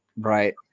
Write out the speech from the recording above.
Right